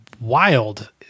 wild